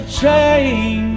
train